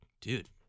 dude